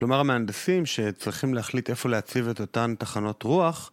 כלומר, המהנדסים שצריכים להחליט איפה להציב את אותן תחנות רוח